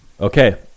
Okay